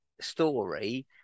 story